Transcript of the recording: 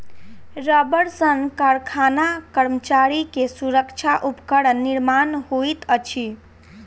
रबड़ सॅ कारखाना कर्मचारी के सुरक्षा उपकरण निर्माण होइत अछि